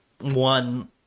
one